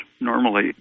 normally